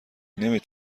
نمی